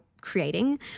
creating